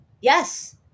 Yes